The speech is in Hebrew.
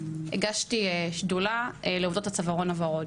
הגשתי שדולה לעובדות הצווארון הוורוד.